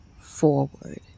forward